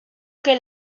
que